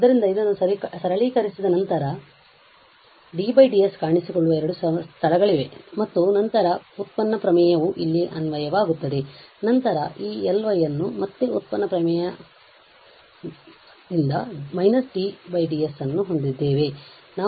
ಆದ್ದರಿಂದ ಇದನ್ನು ಸರಳೀಕರಿಸಿದ ನಂತರ ಏಕೆಂದರೆd ds ಕಾಣಿಸಿಕೊಳ್ಳುವ ಎರಡು ಸ್ಥಳಗಳಿವೆ ಮತ್ತು ನಂತರ ವ್ಯುತ್ಪನ್ನ ಪ್ರಮೇಯವು ಇಲ್ಲಿ ಅನ್ವಯವಾಗುತ್ತದೆ ನಂತರ ನೀವು ಈ Ly ಅನ್ನು ಮತ್ತೆ ವ್ಯುತ್ಪನ್ನ ಪ್ರಮೇಯಡಿಮ್ದ − dds ಅನ್ನು ಹೊಂದಿದ್ದೇವೆ